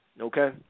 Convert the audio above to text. Okay